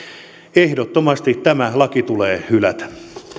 ehdottomasti tämä laki tulee hylätä